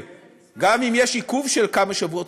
גם אם יש עיכוב של כמה שבועות,